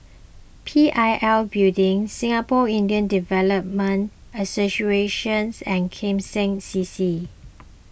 P I L Building Singapore Indian Development Associations and Kim Seng C C